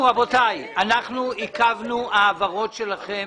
אנחנו עיכבנו העברות שלכם